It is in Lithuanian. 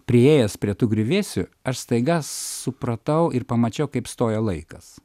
priėjęs prie tų griuvėsių aš staiga supratau ir pamačiau kaip stoja laikas